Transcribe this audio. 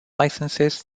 licenses